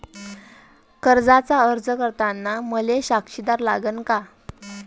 कर्जाचा अर्ज करताना मले साक्षीदार लागन का?